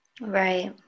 Right